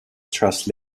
trust